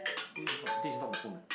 this is not this is not my phone eh